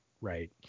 right